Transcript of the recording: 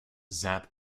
zip